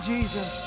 Jesus